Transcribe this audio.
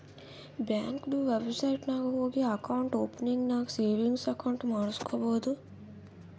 ಬ್ಯಾಂಕ್ದು ವೆಬ್ಸೈಟ್ ನಾಗ್ ಹೋಗಿ ಅಕೌಂಟ್ ಓಪನಿಂಗ್ ನಾಗ್ ಸೇವಿಂಗ್ಸ್ ಅಕೌಂಟ್ ಮಾಡುಸ್ಕೊಬೋದು